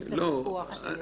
באמצע ויכוח.